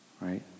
right